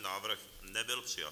Návrh nebyl přijat.